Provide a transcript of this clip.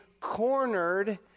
cornered